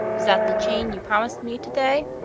is that the chain you promis'd me to-day?